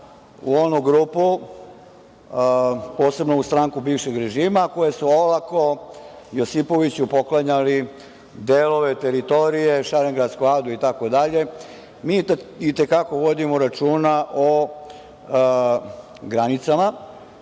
u onu grupu, posebno stranku bivšeg režima koja je olako Josipoviću poklanjala delove teritorije. Mi i te kako vodimo računa o granicama